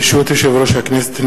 ברשות יושב-ראש הכנסת,